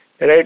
right